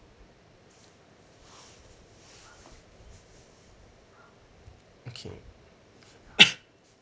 okay